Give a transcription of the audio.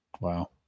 Wow